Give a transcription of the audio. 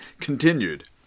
continued